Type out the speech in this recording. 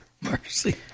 mercy